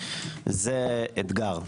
זה אתגר.